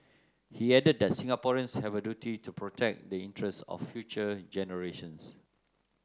he added that Singaporeans have a duty to protect the interest of future generations